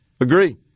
Agree